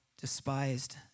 despised